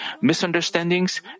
misunderstandings